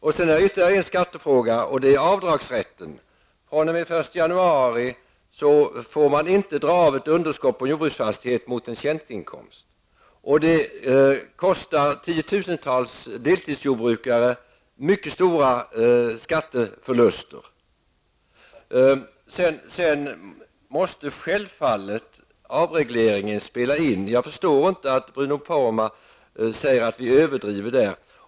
Det finns ytterligare en skattefråga, och det är avdragsrätten. fr.o.m. den 1 januari får man inte dra av ett underskott på jordbruksfastighet mot en inkomst av tjänst. Det förorsakar tiotusentals deltidsjordbrukare mycket stora skatteförluster. Självfallet måste jordbrukets avreglering ha en inverkan. Jag förstår inte när Bruno Poromaa säger att vi överdriver på den punkten.